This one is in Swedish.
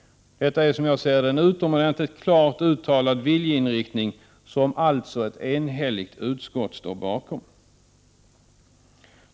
Detta är en klart uttalad viljeinriktning, som alltså ett enhälligt utskott står bakom.